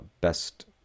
Best